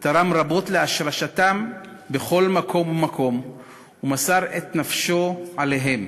תרם רבות להשרשתם בכל מקום ומקום ומסר את נפשו עליהם.